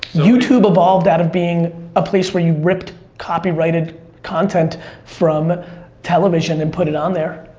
youtube evolved out of being a place where you ripped copyrighted content from television and put it on there.